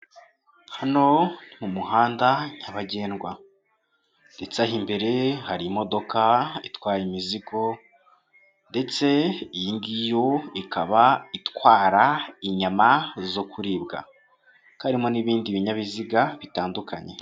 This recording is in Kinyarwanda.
Hano ni mu muhanda nyabagendwa ndetse aha imbere hari imodoka itwaye imizigo ndetse iyo ngiyo ikaba itwara inyama zo kuribwa, hakaba harimo n'ibindi binyabiziga bitandukanye.